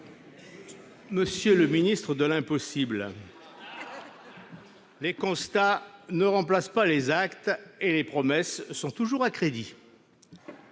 Monsieur le ministre de l'impossible, les constats ne remplacent pas les actes et les promesses sont toujours à crédit